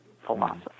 philosophy